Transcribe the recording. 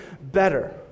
better